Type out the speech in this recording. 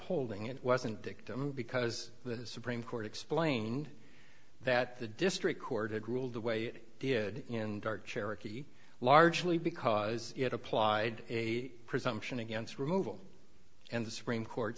holding it wasn't victim because the supreme court explained that the district court had ruled the way it did in dart cherokee largely because it applied a presumption against removal and the supreme court